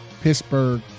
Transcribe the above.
Pittsburgh